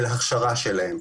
של הכשרתם.